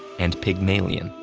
and pygmalion,